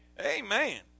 Amen